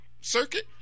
circuit